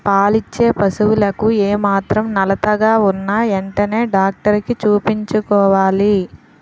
పాలిచ్చే పశువులకు ఏమాత్రం నలతగా ఉన్నా ఎంటనే డాక్టరికి చూపించుకోవాలి